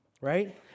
right